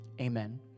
amen